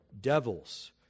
devils